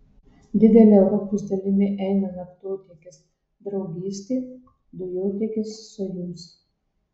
didele europos dalimi eina naftotiekis draugystė dujotiekis sojuz